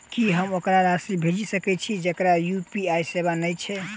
की हम ओकरा राशि भेजि सकै छी जकरा यु.पी.आई सेवा नै छै?